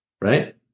Right